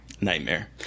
Nightmare